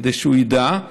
כדי שהוא ידע.